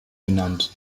benannt